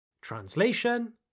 Translation